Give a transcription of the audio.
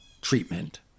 treatment